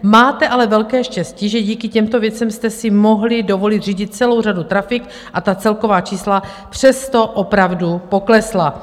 Máte ale velké štěstí, že díky těmto věcem jste si mohli dovolit zřídit celou řadu trafik, a ta celková čísla přesto opravdu poklesla.